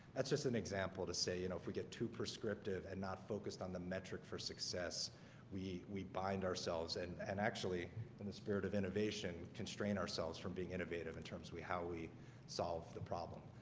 that's just an example to say, you know, if we get too prescriptive and not focused on the metric for success we we bind ourselves and and actually in the spirit of innovation constrain ourselves from being innovative in terms of how we solve the problem.